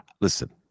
Listen